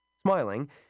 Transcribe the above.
Smiling